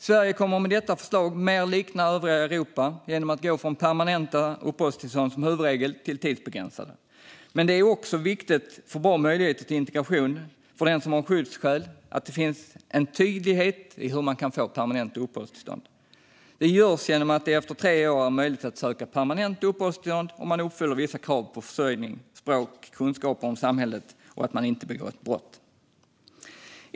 Sverige kommer med detta förslag mer att likna övriga Europa genom att gå från permanenta till tidsbegränsade uppehållstillstånd som huvudregel. Men det är också viktigt för bra möjligheter till integration för den som har skyddsskäl att det finns en tydlighet i hur man kan få permanent uppehållstillstånd. Det görs genom att det efter tre år är möjligt att söka permanent uppehållstillstånd om man uppfyller vissa krav på försörjning, språk, kunskaper om samhället och att man inte begått brott.